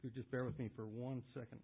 you just bear with me for one second